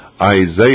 Isaiah